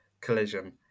collision